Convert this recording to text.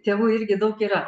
tėvų irgi daug yra